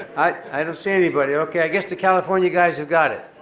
i don't see anybody. okay, i guess the california guys have got it.